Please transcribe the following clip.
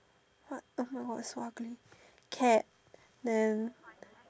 what !wah! so ugly cat then